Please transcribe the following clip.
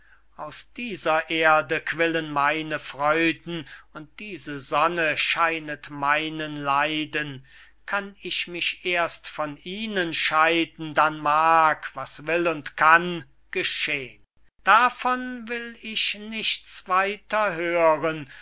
aus dieser erde quillen meine freuden und diese sonne scheinet meinen leiden kann ich mich erst von ihnen scheiden dann mag was will und kann geschehn davon will ich nichts weiter hören